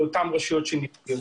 לאותן רשויות שנפגעו.